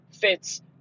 fits